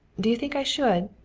do you think i should?